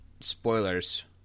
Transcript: spoilers